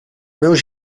meus